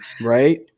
Right